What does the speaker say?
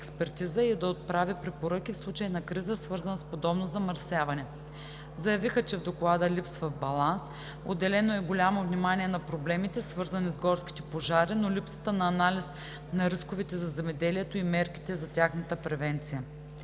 и да отправи препоръки в случай на криза, свързана с подобно замърсяване. Заявиха, че в Доклада липсва баланс. Отделено е голямо внимание на проблемите, свързани с горските пожари, но липсва анализ на рисковете за земеделието и мерките за тяхната превенция.